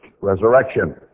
resurrection